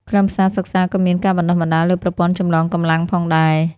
ខ្លឹមសារសិក្សាក៏មានការបណ្តុះបណ្តាលលើប្រព័ន្ធចម្លងកម្លាំងផងដែរ។